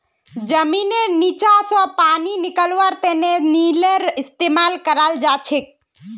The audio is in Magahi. जमींनेर नीचा स पानी निकलव्वार तने नलेर इस्तेमाल कराल जाछेक